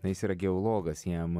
na jis yra geologas jam